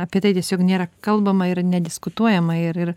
apie tai tiesiog nėra kalbama yra nediskutuojama ir ir